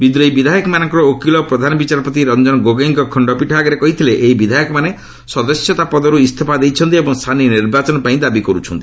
ବିଦ୍ରୋହୀ ବିଧାୟକମାନଙ୍କର ଓକିଲ ପ୍ରଧାନବିଚାରପତି ରଂଜନ ଗୋଗୋଇଙ୍କ ଖଣ୍ଡପୀଠ ଆଗରେ କହିଛନ୍ତି ଏହି ବିଧାୟକମାନେ ସଦସ୍ୟତା ପଦରୁ ଇସ୍ତଫା ଦେଇଛନ୍ତି ଏବଂ ସାନି ନିର୍ବାଚନ ପାଇଁ ଦାବି କରୁଛନ୍ତି